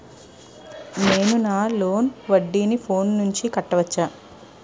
నేను నా లోన్ వడ్డీని ఫోన్ నుంచి కట్టవచ్చా?